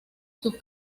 sus